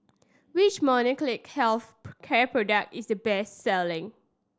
which Molnylcke Health care product is the best selling